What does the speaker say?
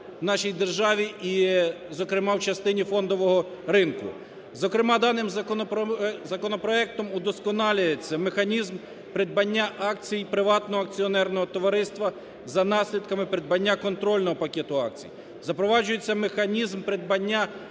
даним законопроектом удосконалюється механізм придбання акцій приватного акціонерного товариства за наслідками придбання контрольного пакету акцій. Запроваджується механізм придбання акцій